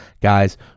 guys